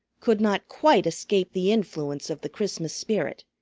could not quite escape the influence of the christmas spirit,